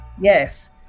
Yes